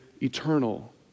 eternal